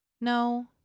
No